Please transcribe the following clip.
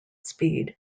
speed